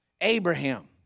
Abraham